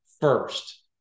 first